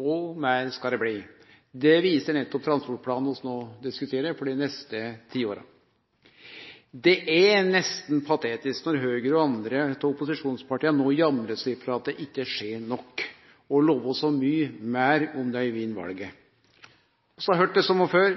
og meir skal det bli. Det viser nettopp transportplanen vi no diskuterer for dei neste ti åra. Det er nesten patetisk når Høgre og andre av opposisjonspartia no jamrar seg for at det ikkje skjer nok, og lovar så mykje meir om dei vinn valet. Vi har høyrt det same før,